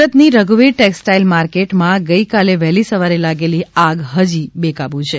સુરની રધુવીર textile market માં ગઇકાલે વહેલી સવારે લાગેલી આગ હજુ બેકાબ્ છે